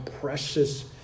precious